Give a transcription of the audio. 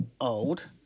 old